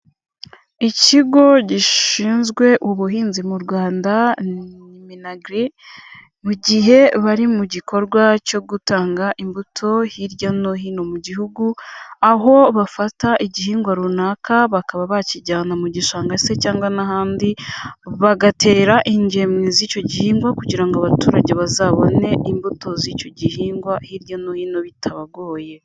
Ikigo gishinzwe ubuhinzi mu Rwanda MINAGRI, mu gihe bari mu gikorwa cyo gutanga imbuto hirya no hino mu gihugu, aho bafata igihingwa runaka bakaba bakijyana mu gishanga se cyangwa n'ahandi, bagatera ingemwe z'icyo gihingwa, kugira ngo abaturage bazabone imbuto z'icyo gihingwa hirya no hino bitabagoye.